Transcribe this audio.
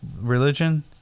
religion